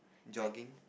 jogging